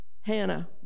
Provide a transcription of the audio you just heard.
Hannah